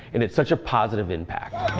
and it's such a positive impact.